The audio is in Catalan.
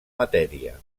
matèria